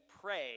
pray